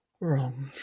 wrong